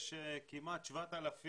יש כמעט 7,000